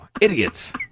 Idiots